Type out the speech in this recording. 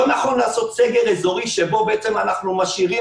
לא נכון לעשות סגר אזורי שבו אנחנו משאירים